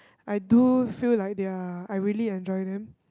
I do feel like they are I really enjoy them